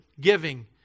giving